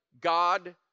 God